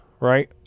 Right